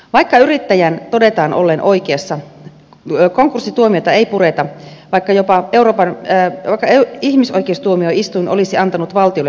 vaikka yrittäjän todetaan olleen oikeassa konkurssituomiota ei pureta vaikka jopa ihmisoikeustuomioistuin olisi antanut valtiolle langettavan päätöksen